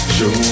Show